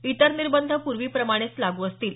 इतर निबँध पूर्वीप्रमाणेच लागू असतील